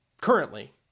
Currently